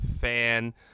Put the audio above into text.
fan